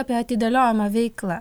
apie atidėliojamą veiklą